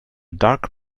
dark